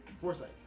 Foresight